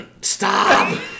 stop